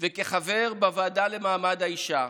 וכחבר בוועדה למעמד האישה,